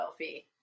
selfie